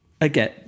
again